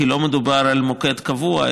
כי לא מדובר על מוקד קבוע,